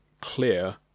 clear